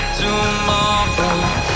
tomorrow